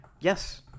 yes